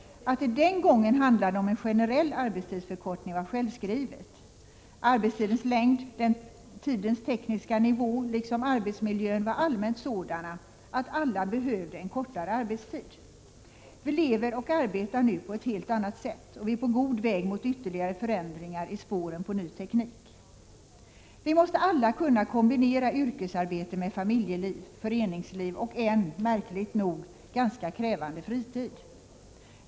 Att det den gången handlade om en generell arbetstidsförkortning var självskrivet. Arbetstidens längd och den tidens tekniska nivå liksom arbetsmiljön var allmänt sådana att alla behövde en kortare arbetstid. Vi lever och arbetar nu på ett helt annat sätt, och vi är på god väg mot ytterligare förändringar i spåren på ny teknik. Vi måste alla kunna kombinera yrkesarbete med familjeliv, föreningsliv och en, märkligt nog, ganska krävande fritid.